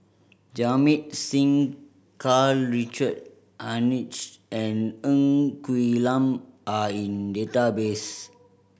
Jamit Singh Karl Richard Hanitsch and Ng Quee Lam are in database